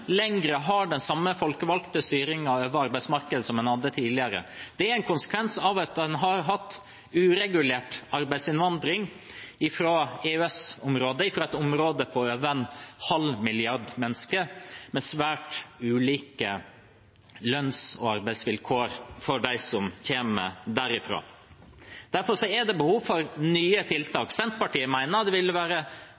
har den samme folkevalgte styringen over arbeidsmarkedet som en hadde tidligere. Det er en konsekvens av at en har hatt uregulert arbeidsinnvandring fra EØS-området, et område med over en halv milliard mennesker og med svært ulike lønns- og arbeidsvilkår blant dem som kommer derfra. Derfor er det behov for nye